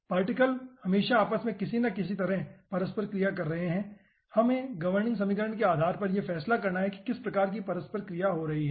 particle हमेशा आपस में किसी न किसी तरह की परस्पर क्रिया कर रहे हैं हमें गवर्निंग समीकरण के आधार पर ये फैसला करना है की किस प्रकार की परस्पर क्रिया हो रही है